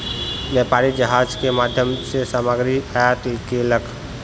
व्यापारी जहाज के माध्यम सॅ सामग्री आयात केलक